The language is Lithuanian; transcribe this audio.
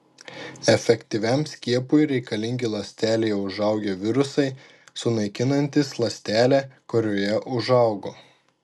efektyviam skiepui reikalingi ląstelėje užaugę virusai sunaikinantys ląstelę kurioje užaugo